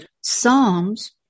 Psalms